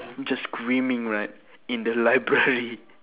just screaming like in the library